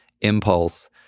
impulse